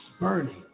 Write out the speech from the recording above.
burning